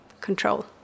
control